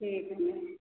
ठीक है मैम